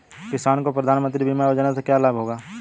किसानों को प्रधानमंत्री बीमा योजना से क्या लाभ होगा?